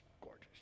gorgeous